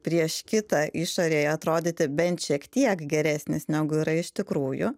prieš kitą išorėj atrodyti bent šiek tiek geresnis negu yra iš tikrųjų